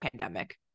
pandemic